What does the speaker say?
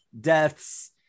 deaths